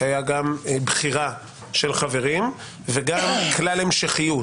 שהיה גם בחירה של חברים וגם כלל המשכיות,